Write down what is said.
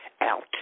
out